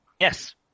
Yes